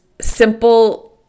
simple